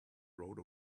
rode